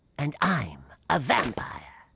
and i'm a vampire.